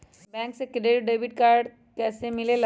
Bank से credit और debit card कैसी मिलेला?